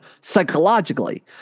psychologically